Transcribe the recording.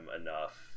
enough